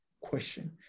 question